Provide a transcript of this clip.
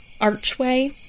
archway